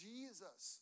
Jesus